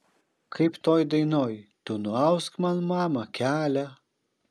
kaip toj dainoj tu nuausk man mama kelią